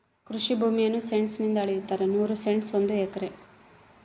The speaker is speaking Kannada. ಕೃಷಿ ಭೂಮಿಯನ್ನು ಸೆಂಟ್ಸ್ ನಿಂದ ಅಳೆಯುತ್ತಾರೆ ನೂರು ಸೆಂಟ್ಸ್ ಒಂದು ಎಕರೆ